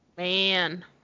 man